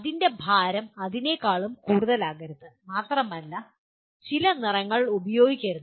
അതിന്റെ ഭാരം അതിനേക്കാൾ കൂടുതലാകരുത് മാത്രമല്ല അത് ചില നിറങ്ങൾ ഉപയോഗിക്കരുത്